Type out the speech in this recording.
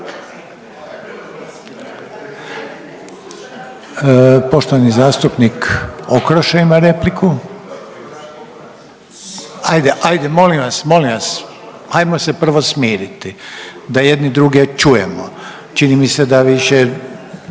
Poštovani zastupnik Okroša ima repliku. Ajde, ajde, molim vas, molim vas, ajmo se prvo smiriti da jedni druge čujemo, čini mi se da više